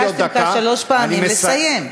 אני ביקשתי ממך שלוש פעמים לסיים.